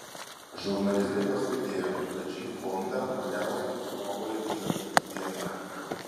žurnalistai pastebėjo kad šį fondą uoliausiai propaguoja dienraštis diena